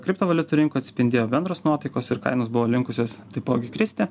kriptovaliutų rinkoj atsispindėjo bendros nuotaikos ir kainos buvo linkusios taipogi kristi